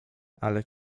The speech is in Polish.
ale